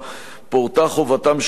פורטה חובתם של שרים,